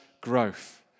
growth